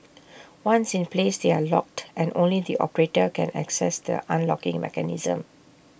once in place they are locked and only the operator can access the unlocking mechanism